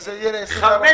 שזה יהיה ל-24 חודשים.